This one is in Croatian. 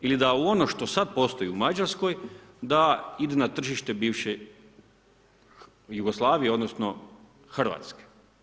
Ili da u ono što sad postoji u Mađarskoj, da ide na tržište bivše Jugoslavije odnosno Hrvatske.